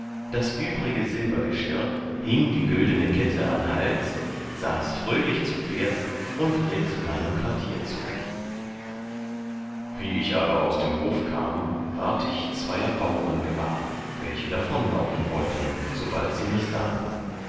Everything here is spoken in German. das übrige silbergeschirr hing die güldene kette an hals saß fröhlich zu pferd und ritt meinem quartier zu wie ich aber aus dem hof kam ward ich zweier bauren gewahr welche davonlaufen wollten sobald sie mich sahen